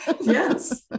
Yes